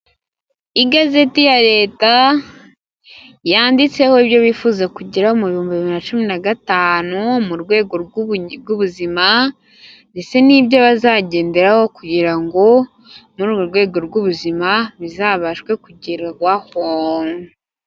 Igazeti ya leta yanditseho ibyo bifuza kugeraho mu bihumbi bibiri na cumi na gatanu mu rwego rw'ubuzima ndetse n'ibyo bazagenderaho kugira ngo muri urwo rwego rw'ubuzima bizabashwe kugerwaho.